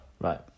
right